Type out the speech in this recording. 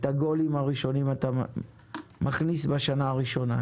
הגולים הראשונים אתה מכניס בשנה הראשונה,